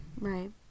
Right